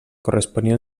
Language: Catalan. corresponia